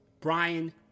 Brian